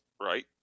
right